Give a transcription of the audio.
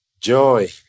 joy